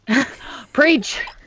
Preach